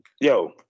yo